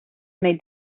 may